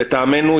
לטעמנו,